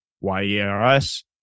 Y-E-R-S